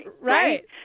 Right